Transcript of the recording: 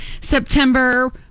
September